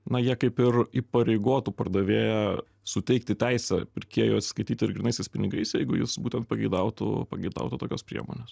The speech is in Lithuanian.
na jie kaip ir įpareigotų pardavėją suteikti teisę pirkėjui atsiskaityti ir grynaisiais pinigais jeigu jis būtent pageidautų pageidautų tokios priemonės